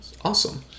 Awesome